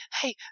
hey